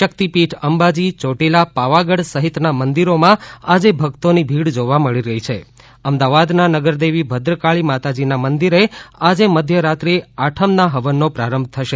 શક્તિપીઠ અંબાજી ચોટીલા પાવાગઢ સહિતના મંદિરોમાં આજે ભક્તોની ભીજ જોવા મળી રહી હાં અમદાવાદના નગરદેવી ભદ્રકાળી માતાજીના મંદિરે આજે મધ્યરાત્રિએ આઠમના ફવનનો પ્રારંભ થશે